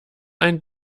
ein